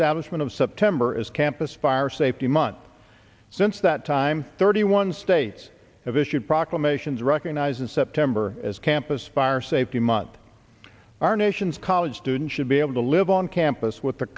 status quo of september as campus fire safety month since that time thirty one states of issued proclamations recognize in september as campus fire safety month our nation's college students should be able to live on campus with the